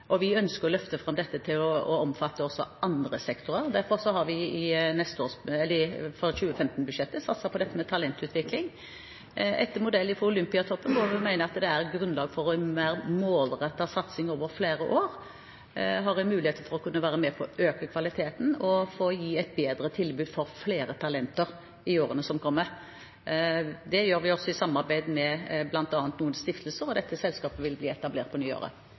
og vi ønsker å løfte fram dette til å omfatte også andre sektorer. Derfor har vi i 2015-budsjettet satset på talentutvikling, etter modell fra Olympiatoppen, fordi vi mener det er grunnlag for en mer målrettet satsing over flere år. Sånn får en mulighet til å være med på å øke kvaliteten og gi et bedre tilbud til flere talenter i årene som kommer. Det gjør vi i samarbeid med bl.a. noen stiftelser, og dette selskapet vil bli etablert på nyåret.